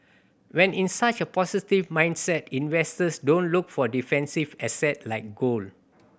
when in such a positive mindset investors don't look for defensive asset like gold